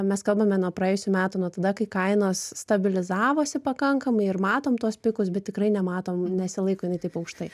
mes kalbame nuo praėjusių metų nuo tada kai kainos stabilizavosi pakankamai ir matom tuos pikus bet tikrai nematom nesilaiko jinai taip aukštai